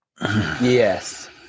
Yes